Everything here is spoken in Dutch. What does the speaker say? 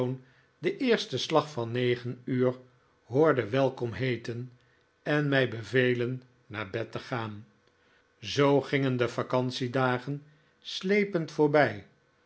den eersten slag van negen uur hoorde welkom heeten en mij bevelen naar bed te gaan zoo gingen de vacantiedagen slepend voorbij